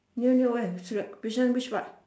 near near where bishan which part